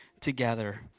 together